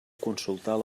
consultar